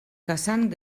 caçant